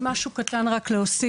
כמו צ'ק אין עצמי.